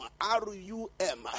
R-U-M